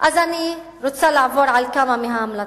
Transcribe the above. אני רוצה לעבור על כמה מההמלצות.